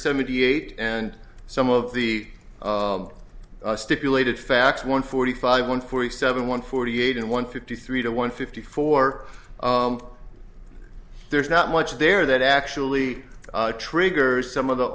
seventy eight and some of the stipulated facts one forty five one forty seven one forty eight and one fifty three to one fifty four there's not much there that actually triggers some of the